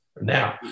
Now